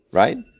right